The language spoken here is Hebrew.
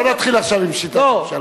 אבל לא נתחיל עכשיו עם שיטת הממשל.